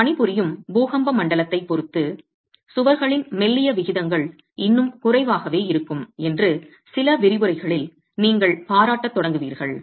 நாம் பணிபுரியும் பூகம்ப மண்டலத்தைப் பொறுத்து சுவர்களின் மெல்லிய விகிதங்கள் இன்னும் குறைவாகவே இருக்கும் என்று சில விரிவுரைகளில் நீங்கள் பாராட்டத் தொடங்குவீர்கள்